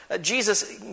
Jesus